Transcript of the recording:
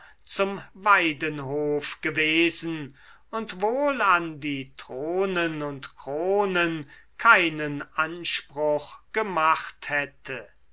zum weidenhof gewesen und wohl an die thronen und kronen keinen anspruch gemacht hätte